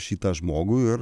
šitą žmogų ir